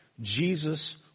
Jesus